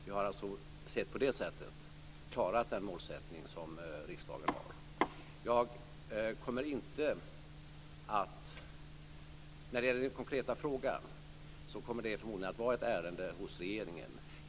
Vi har alltså, sett på det sättet, klarat den målsättning som riksdagen har. När det gäller Matz Hammarströms konkreta fråga kommer det förmodligen att vara ett ärende hos regeringen.